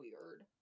weird